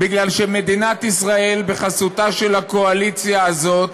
מפני שמדינת ישראל, בחסותה של הקואליציה הזאת,